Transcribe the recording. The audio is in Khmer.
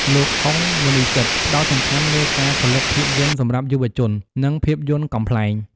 លោក ហុង មុន្នីសិដ្ឋ ផ្តោតសំខាន់លើការផលិតភាពយន្តសម្រាប់យុវជន និងភាពយន្តកំប្លែង។